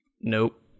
nope